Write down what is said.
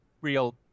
real